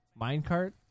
Minecart